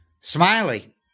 Smiley